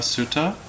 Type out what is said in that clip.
Sutta